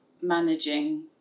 managing